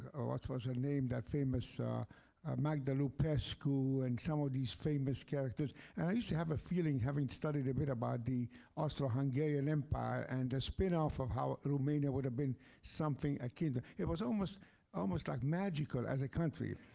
oh, what was her name? that famous ah magda lupescu and some of these famous characters. and i used to have a feeling, having studied a bit about the also hungarian empire, and the spin-off of how romania would have been something akin it was almost almost like magical, as a country.